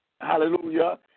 hallelujah